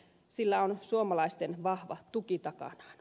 sillä on suomalaisten vahva tuki takanaan